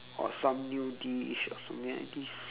or some new dish or something like this